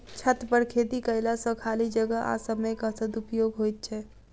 छतपर खेती कयला सॅ खाली जगह आ समयक सदुपयोग होइत छै